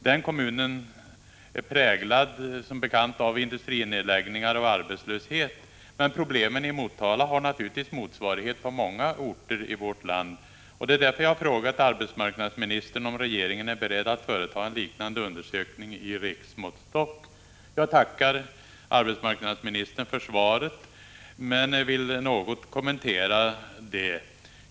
Den kommunen är som bekant präglad av industrinedläggningar och arbetslöshet, men problemen har naturligtvis motsvarighet på många orter i vårt land. Det är därför jag har frågat arbetsmarknadsministern om regeringen är beredd att företa en liknande undersökning efter riksmåttstock. Jag tackar arbetsmarknadsministern för svaret, men vill något kommentera det.